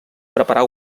preparar